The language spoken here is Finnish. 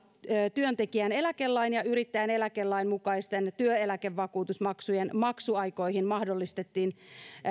työntekijän eläkelain ja yrittäjän eläkelain mukaisten työeläkevakuutusmaksujen maksuaikoihin mahdollistettiin